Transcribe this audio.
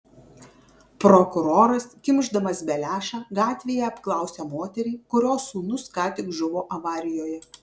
prokuroras kimšdamas beliašą gatvėje apklausia moterį kurios sūnus ką tik žuvo avarijoje